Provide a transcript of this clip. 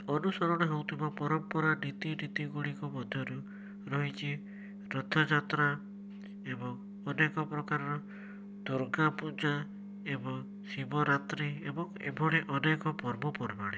ଅନୁସରଣ ହେଉଥୁବା ପରମ୍ପରା ରୀତିନୀତି ଗୁଡ଼ିକ ମଧ୍ୟରୁ ରହିଛି ରଥଯାତ୍ରା ଏବଂ ଅନେକ ପ୍ରକାରର ଦୁର୍ଗାପୁଜା ଏବଂ ଶିବରାତ୍ରି ଏବଂ ଏଭଳି ଅନେକ ପର୍ବପର୍ବାଣୀ